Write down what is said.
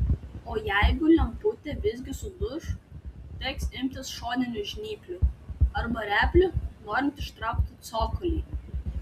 o jeigu lemputė visgi suduš teks imtis šoninių žnyplių arba replių norint ištraukti cokolį